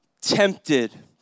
tempted